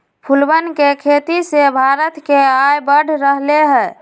फूलवन के खेती से भारत के आय बढ़ रहले है